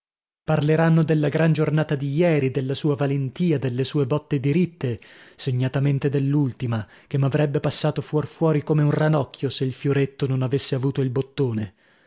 parleranno della gran giornata di ieri della sua valentia delle sue botte diritte segnatamente dell'ultima che m'avrebbe passato fuor fuori come un ranocchio se il fioretto non avesse avuto il bottone